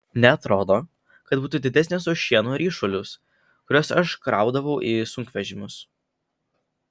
neatrodo kad būtų didesnis už šieno ryšulius kuriuos aš kraudavau į sunkvežimius